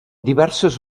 diverses